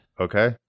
Okay